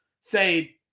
say